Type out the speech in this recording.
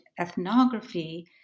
ethnography